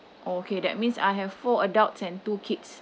okay that means I have four adults and two kids